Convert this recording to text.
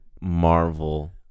Marvel